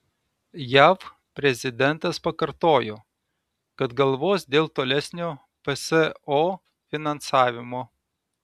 jav prezidentas pakartojo kad galvos dėl tolesnio pso finansavimo